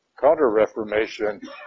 Counter-Reformation